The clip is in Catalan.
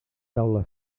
taula